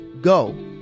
Go